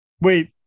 Wait